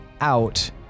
out